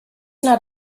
not